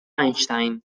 einstein